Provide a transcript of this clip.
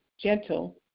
gentle